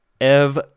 Ev